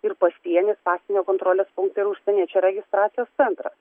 ir pasienis pasienio kontrolės punktai ir užsieniečių registracijos centras